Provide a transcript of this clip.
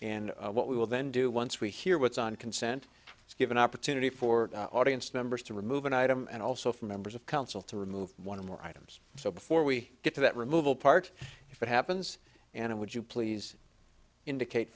and what we will then do once we hear what's on consent give an opportunity for audience members to remove an item and also for members of council to remove one or more items so before we get to that removal part if it happens and it would you please indicate